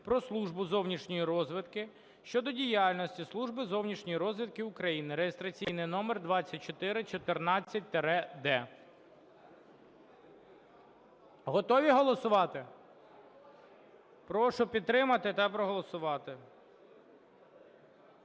"Про Службу зовнішньої розвідки" щодо діяльності Служби зовнішньої розвідки України (реєстраційний номер 2414-д). Готові голосувати? Прошу підтримати та проголосувати.